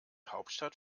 hauptstadt